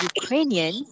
Ukrainian